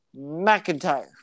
McIntyre